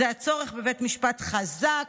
זה הצורך בבית משפט חזק,